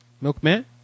milkman